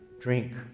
drink